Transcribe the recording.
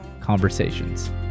Conversations